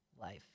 life